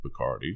Bacardi